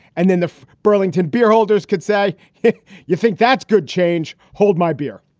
and then the burlington beholders could say, hey, you think that's good change? hold my beer.